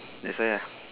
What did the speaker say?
that's why ah